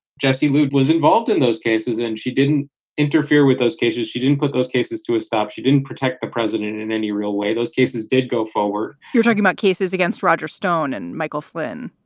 jesse mood was involved in those cases and she didn't interfere with those cases. she didn't put those cases to a stop. she didn't protect the president in any real way. those cases did go forward. you're talking about cases against roger stone and michael flynn,